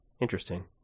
interesting